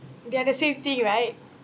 they are the same thing right